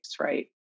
right